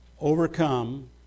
overcome